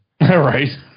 right